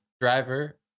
driver